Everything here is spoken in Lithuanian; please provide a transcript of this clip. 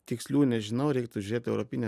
tikslių nežinau reiktų žiūrėt europinę